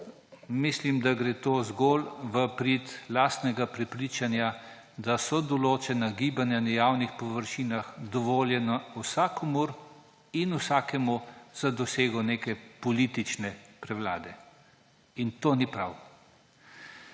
mislim, da gre to zgolj v prid lastnega prepričanja, da so določena gibanja na javnih površinah dovoljena vsakomur in vsakemu za dosego neke politične prevlade. In to ni prav.